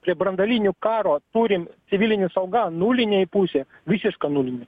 prie branduolinių karo turim civilinė sauga nuliniai pusė visi skanumynai